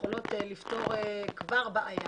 יכול לפתור כבר בעיה.